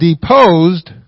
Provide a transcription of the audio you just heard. deposed